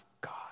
God